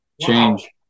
change